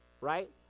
right